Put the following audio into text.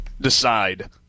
decide